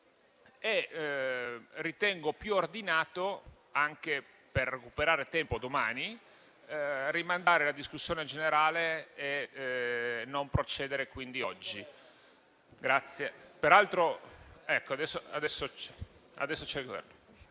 Ritengo più ordinato, anche per recuperare tempo domani, rimandare la discussione generale e non procedere oggi. Vedo